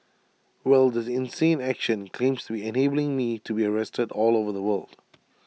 well this insane action claims to be enabling me to be arrested all over the world